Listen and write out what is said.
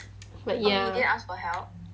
but ya